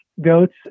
goats